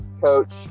coach